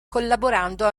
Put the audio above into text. collaborando